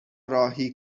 راهی